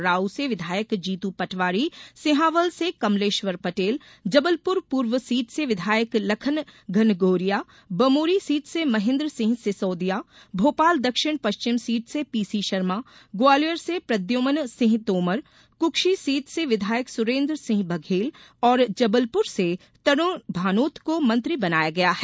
राऊ से विधायक जीतू पटवारी सिंहावल से कमलेश्वर पटेल जबलपुर पूर्व सीट से विधायक लखन घनगोरिया बमोरी सीट से महेन्द्र सिंह सिसोदिया भोपाल दक्षिण पश्चिम सीट से पीसी शर्मा ग्वालियर से प्रद्युमन सिंह तोमर कुक्षी सीट से विधायक सुरेन्द्र सिंह बघेल और जबलपुर से तरूण भानोत को मंत्री बनाया गया है